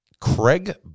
Craig